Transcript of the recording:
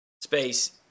space